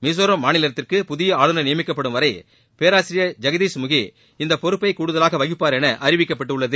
மிசோரம் மாநிலத்திற்கு புதிய ஆளுநர் நியமிக்கப்படும் வரை பேராசிரியர் ஜெக்தீஷ் முகி இந்த பொறுப்பை கூடுதலாக வகிப்பார் என அறிவிக்கப்பட்டுள்ளது